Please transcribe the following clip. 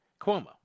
Cuomo